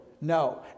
No